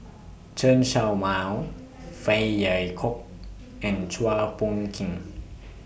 Chen Show Mao Phey Yew Kok and Chua Phung Kim